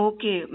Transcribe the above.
Okay